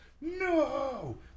no